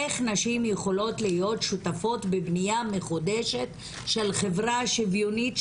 איך נשים יכולות להיות בבנייה מחודשת של חברה שוויונית,